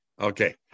Okay